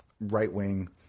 right-wing